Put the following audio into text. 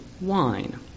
wine